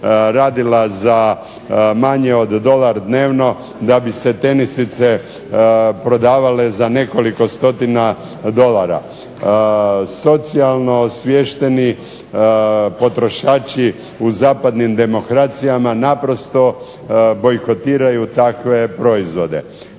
radila za manje od dolar dnevno da bi se tenisice prodavale za nekoliko stotina dolara. Socijalno osviješteni potrošači u zapadnim demokracijama naprosto bojkotiraju takve proizvode.